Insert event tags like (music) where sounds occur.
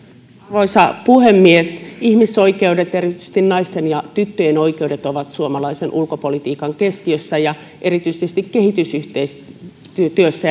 arvoisa puhemies ihmisoikeudet erityisesti naisten ja tyttöjen oikeudet ovat suomalaisen ulkopolitiikan keskiössä ja erityisesti kehitysyhteistyössä (unintelligible)